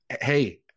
hey